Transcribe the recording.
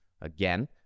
Again